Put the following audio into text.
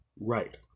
Right